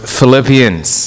Philippians